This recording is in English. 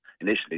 initially